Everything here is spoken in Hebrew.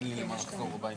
מי נגד?